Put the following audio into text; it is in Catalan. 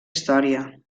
història